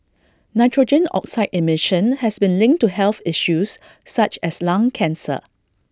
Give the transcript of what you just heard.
nitrogen oxide emission has been linked to health issues such as lung cancer